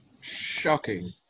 Shocking